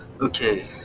okay